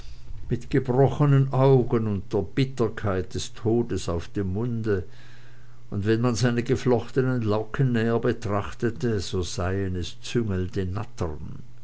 mit gebrochenen augen und der bitterkeit des todes auf dem munde und wenn man seine geflochtenen locken näher betrachtete so seien es züngelnde nattern